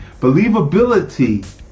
Believability